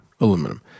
Aluminum